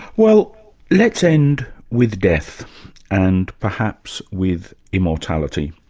well let's end with death and perhaps with immortality.